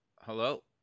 Hello